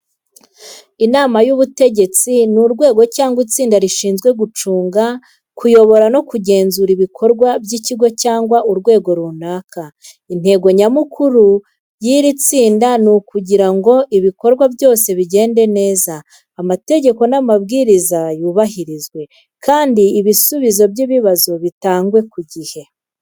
Inama y’Ubutegetsi ni urwego cyangwa itsinda rishinzwe gucunga, kuyobora no kugenzura ibikorwa by’ikigo cyangwa urwego runaka. Intego nyamukuru y’iri tsinda ni ukugira ngo ibikorwa byose bigende neza, amategeko n’amabwiriza yubahirizwe, kandi ibisubizo by’ibibazo bitangwe ku gihe.